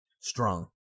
strong